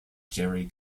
jerry